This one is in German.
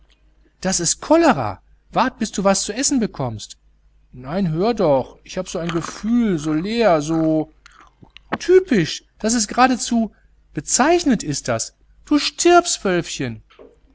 das ist cholera wart bis du was zu essen bekommst nein hör doch ich hab so ein gefühl so leer so typisch das ist geradezu bezeichnend ist das du stirbs wölfchen